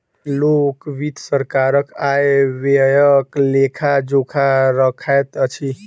लोक वित्त सरकारक आय व्ययक लेखा जोखा रखैत अछि